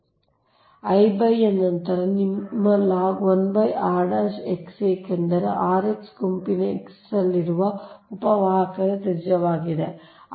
ಆದ್ದರಿಂದ I n ನಂತರ ನಿಮ್ಮ ಲಾಗ್ 1 r x ಏಕೆಂದರೆ r x ಗುಂಪಿನ X ಲ್ಲಿರುವ ಉಪ ವಾಹಕದ ತ್ರಿಜ್ಯವಾಗಿದೆ